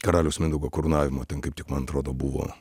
karaliaus mindaugo karūnavimo ten kaip tik man atrodo buvo